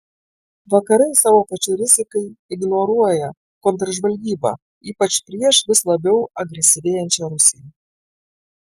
vakarai savo pačių rizikai ignoruoja kontržvalgybą ypač prieš vis labiau agresyvėjančią rusiją